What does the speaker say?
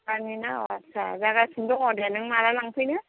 सक्लेट नि ना अ आच्चा जागासिनो दङ दे नों माब्ला लांफैनो